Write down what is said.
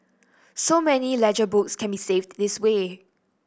so many ledger books can be saved this way